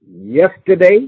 yesterday